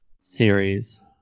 series